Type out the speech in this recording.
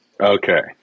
Okay